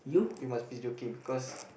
you must be joking because